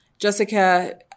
Jessica